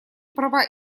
права